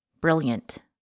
Brilliant